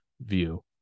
view